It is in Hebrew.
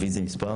נמנעים?